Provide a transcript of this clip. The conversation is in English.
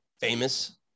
famous